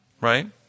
right